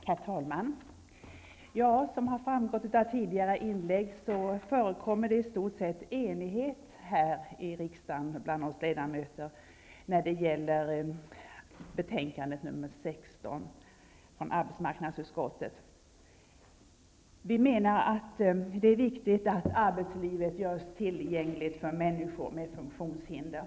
Herr talman! Som har framgått av tidigare inlägg föreligger det i stort sett enighet bland oss ledamöter här i riksdagen när det gäller betänkande nr 16 från arbetsmarknadsutskottet. Vi menar att det är viktigt att arbetslivet görs tillgängligt för människor med funktionshinder.